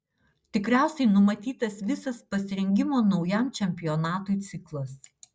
tikriausiai numatytas visas pasirengimo naujam čempionatui ciklas